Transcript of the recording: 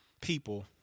people